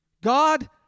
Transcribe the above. God